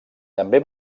també